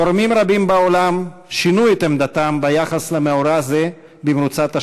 גורמים רבים בעולם שינו את עמדתם ביחס למאורע זה במרוצת השנים.